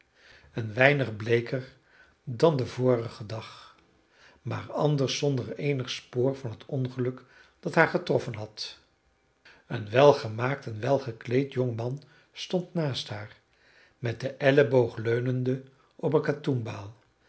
een weinig bleeker dan den vorigen dag maar anders zonder eenig spoor van het ongeluk dat haar getroffen had een welgemaakt en welgekleed jongman stond naast haar met den elleboog leunende op een katoenbaal